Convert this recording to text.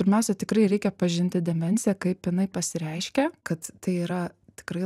pirmiausia tikrai reikia atpažinti demenciją kaip jinai pasireiškia kad tai yra tikrai